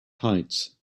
heights